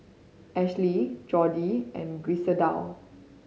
Ashli Jordi and Griselda